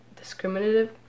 discriminative